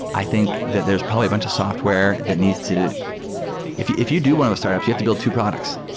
i think that there's probably bunch of software that needs to if you if you do one of those startups, you have to build two products.